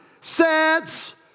sets